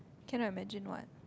cannot imagine what